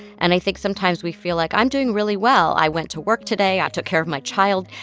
and i think sometimes we feel like, i'm doing really well. i went to work today. i took care of my child,